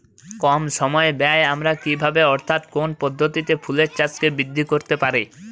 কম সময় ব্যায়ে আমরা কি ভাবে অর্থাৎ কোন পদ্ধতিতে ফুলের চাষকে বৃদ্ধি করতে পারি?